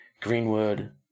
Greenwood